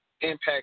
Impact